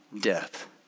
death